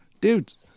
dudes